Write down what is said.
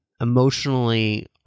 emotionally